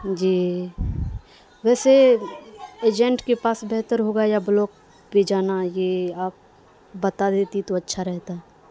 جی ویسے ایجنٹ کے پاس بہتر ہوگا یا بلاک پہ جانا یہ آپ بتا دیتی تو اچھا رہتا ہے